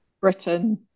Britain